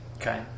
Okay